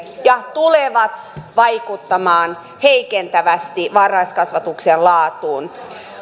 ja tulevat vaikuttamaan heikentävästi varhaiskasvatuksen laatuun